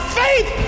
faith